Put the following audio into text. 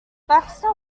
baxter